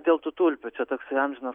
dėl tų tulpių čia toksai amžinas